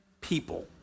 people